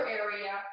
area